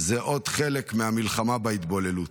הם עוד חלק מהמלחמה בהתבוללות.